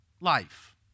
life